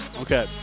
Okay